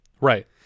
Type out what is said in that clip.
Right